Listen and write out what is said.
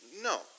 no